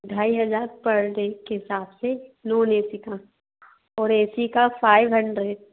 ढाई हज़ार per day के इसाब से नोन ए सी का और ए सी का फाइव हंडरेड